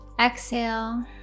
exhale